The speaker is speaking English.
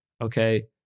okay